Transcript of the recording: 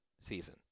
season